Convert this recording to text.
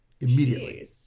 immediately